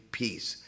peace